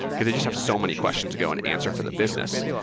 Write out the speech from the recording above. because they just have so many questions to go and answer for the business.